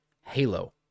Halo